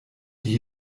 die